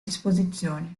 disposizioni